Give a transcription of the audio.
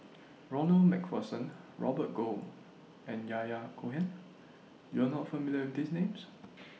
Ronald MacPherson Robert Goh and Yahya Cohen YOU Are not familiar These Names